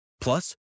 Plus